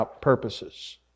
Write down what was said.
purposes